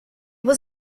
was